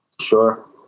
sure